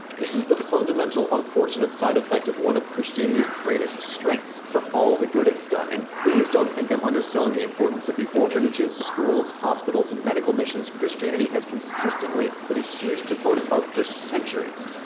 this is the fundamental unfortunate side effect of one of christianity's greatest strengths, for all the good it's done, and please don't think i'm underselling the importance of the orphanages, schools, hospitals and medical missions christianity has consistently been a huge proponent of for centuries.